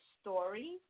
story